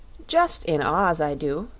just in oz i do,